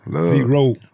Zero